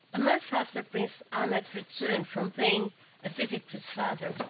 a month after prince ahmed's return from paying a visit to his father,